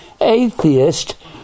Atheist